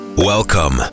Welcome